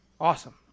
Awesome